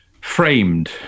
framed